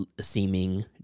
seeming